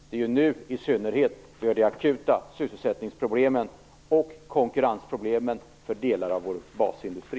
Det gäller ju i synnerhet nu, när vi har de akuta sysselsättningsproblemen och konkurrensproblemen för delar av vår basindustri.